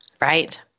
right